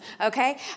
okay